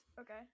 Okay